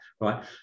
right